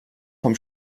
vom